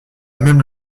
même